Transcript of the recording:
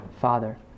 father